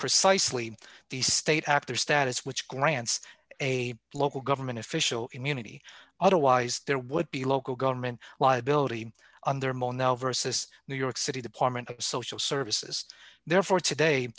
precisely the state actor status which grants a local government official immunity otherwise there would be local government liability under mono versus new york city department of social services therefore today